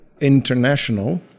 international